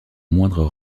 moindres